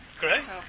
Great